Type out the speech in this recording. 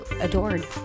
adored